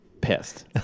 pissed